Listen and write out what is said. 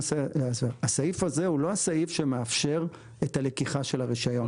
הסעיף הזה הוא לא הסעיף שמאפשר את הלקיחה של הרישיון,